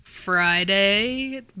friday